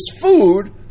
food